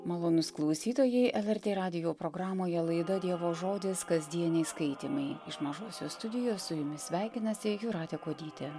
malonūs klausytojai el er t radijo programoje laida dievo žodis kasdieniai skaitymai iš mažosios studijos su jumis sveikinasi jūratė kuodytė